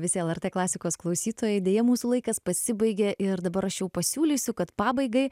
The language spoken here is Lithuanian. visi el er t klasikos klausytojai deja mūsų laikas pasibaigė ir dabar aš jau pasiūlysiu kad pabaigai